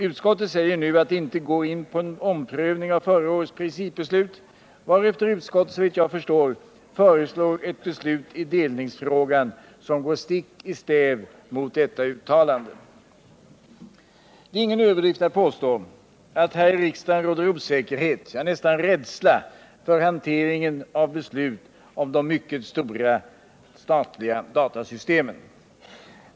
Utskottet säger nu att det inte går in på en omprövning av förra årets principbeslut, varefter utskottet, såvitt jag förstår, föreslår ett beslut i delningsfrågan som går stick i stäv mot detta uttalande. Det är ingen överdrift att påstå att här i riksdagen råder osäkerhet, nästan rädsla, för hanteringen av beslut om de mycket stora statliga datasystemen.